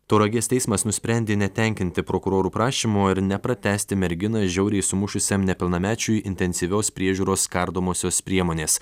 tauragės teismas nusprendė netenkinti prokurorų prašymo ir nepratęsti merginą žiauriai sumušusiam nepilnamečiui intensyvios priežiūros kardomosios priemonės